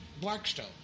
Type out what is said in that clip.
Blackstone